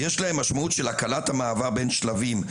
יש להם משמעות של הקלת המעבר בין שלבים.